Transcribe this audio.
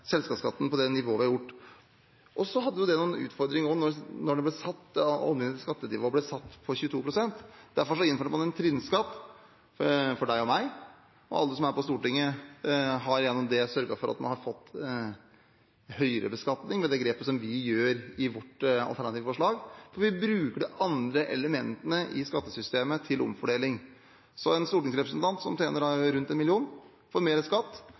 selskapsskatten på det nivået vi har. Det var også noen utfordringer da skattenivået ble satt på 22 pst. Derfor innførte man en trinnskatt for deg og meg – alle som er på Stortinget, har gjennom det sørget for at man har fått høyere beskatning med det grepet som vi gjør i vårt alternative forslag. Vi bruker de andre elementene i skattesystemet til omfordeling. En stortingsrepresentant som tjener rundt en million, får mer skatt,